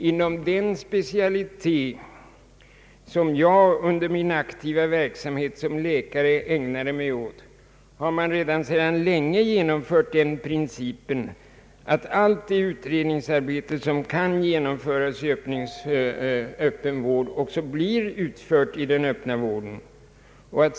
Inom den specialitet som jag under min aktiva verksamhet som läkare ägnade mig åt har man redan sedan länge tillämpat principen att allt det utredningsarbete som kan genomföras i öppen vård också blir utfört i den öppna vården.